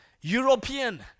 European